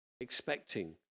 expecting